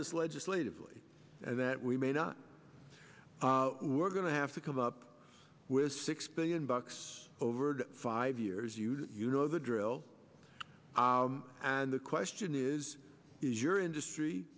this legislatively and that we may not we're going to have to come up with six billion bucks overed five years you'd you know the drill and the question is is your industry